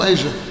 Asia